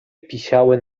pisiały